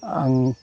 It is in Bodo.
आं